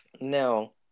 Now